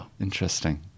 Interesting